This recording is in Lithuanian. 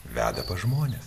veda pas žmones